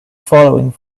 following